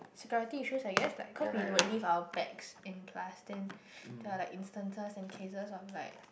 security issues I guess like cause we would leave our bags in class then there are like instances and cases of like